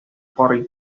карый